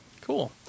Cool